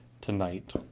tonight